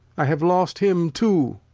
i have lost him too!